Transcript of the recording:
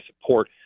support